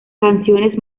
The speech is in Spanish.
canciones